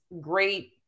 great